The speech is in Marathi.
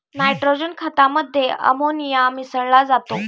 नायट्रोजन खतामध्ये अमोनिया मिसळा जातो